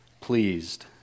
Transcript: pleased